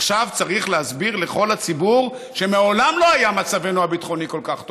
ועכשיו צריך להסביר לכל הציבור שמעולם לא היה מצבנו הביטחוני כל כך טוב.